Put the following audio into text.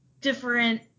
different